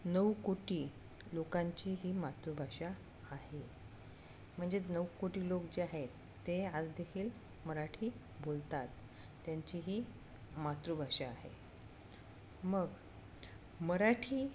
नऊ कोटी लोकांची ही मातृभाषा आहे म्हणजेच नऊ कोटी लोक जे आहेत ते आज देखील मराठी बोलतात त्यांची ही मातृभाषा आहे मग मराठी